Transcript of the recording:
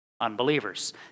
Unbelievers